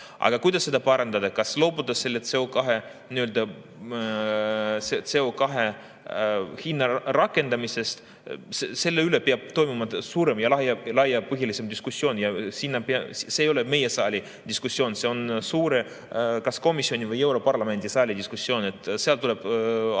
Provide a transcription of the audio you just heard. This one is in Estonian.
Aga kuidas seda parandada? Kas loobuda CO2hinna rakendamisest? Selle üle peab toimuma suurem ja laiapõhjalisem diskussioon ja see ei ole meie saali diskussioon. See on kas komisjoni või europarlamendi saali diskussioon, seal tuleb arutada,